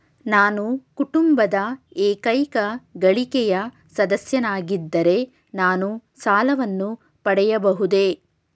ನಾನು ಕುಟುಂಬದ ಏಕೈಕ ಗಳಿಕೆಯ ಸದಸ್ಯನಾಗಿದ್ದರೆ ನಾನು ಸಾಲವನ್ನು ಪಡೆಯಬಹುದೇ?